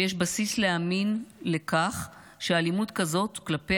ויש בסיס להאמין שאלימות כזאת כלפי